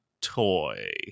toy